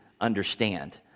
understand